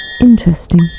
Interesting